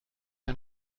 ein